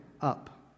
up